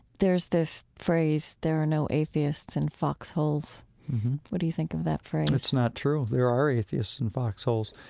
there's this phrase, there are no atheists in foxholes. mm-hmm what do you think of that phrase? it's not true. there are atheists in foxholes.